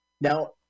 Now